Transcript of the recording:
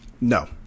No